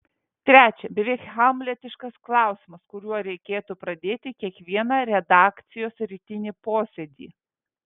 trečia beveik hamletiškas klausimas kuriuo reikėtų pradėti kiekvieną redakcijos rytinį posėdį